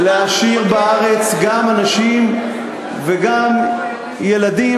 להשאיר בארץ גם אנשים וגם ילדים,